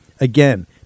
Again